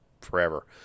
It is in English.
forever